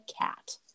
cat